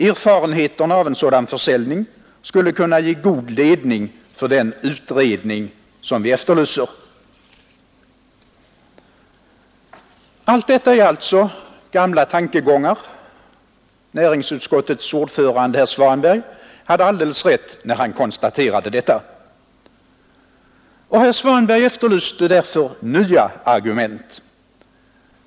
Erfarenheterna av en sådan försäljning skulle kunna ge god ledning för den utredning som vi efterlyser. Allt detta är alltså gamla tankegångar. Näringsutskottets ordförande, herr Svanberg, hade alldeles rätt när han konstaterade detta. Herr Svanberg efterlyste därför nya argument.